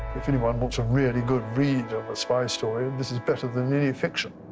if anyone wants a really good read of a spy story, this is better than any fiction.